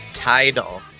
title